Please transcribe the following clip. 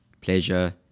pleasure